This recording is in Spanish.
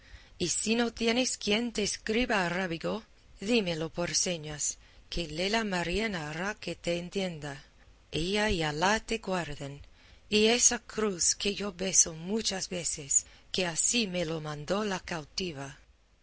y si no tienes quien te escriba arábigo dímelo por señas que lela marién hará que te entienda ella y alá te guarden y esa cruz que yo beso muchas veces que así me lo mandó la cautiva